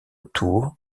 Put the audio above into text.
tour